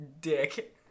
dick